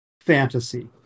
fantasy